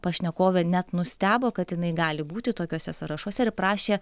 pašnekovė net nustebo kad jinai gali būti tokiuose sąrašuose ir prašė